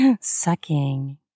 Sucking